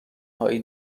هایی